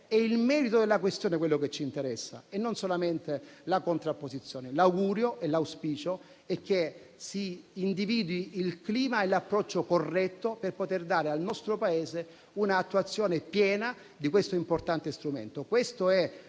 è il merito della questione quello che ci interessa e non solamente la contrapposizione. L'augurio e l'auspicio è che si individuino il clima e l'approccio corretto per dare al nostro Paese l'attuazione piena di questo importante strumento.